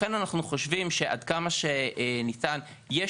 לכן אנחנו חושבים שעד כמה שניתן יש